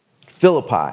Philippi